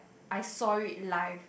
I saw it live